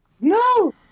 No